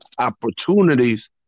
opportunities